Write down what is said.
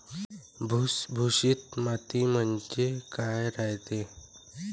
भुसभुशीत माती म्हणजे काय रायते?